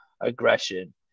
aggression